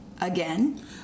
again